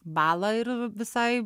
balą ir visai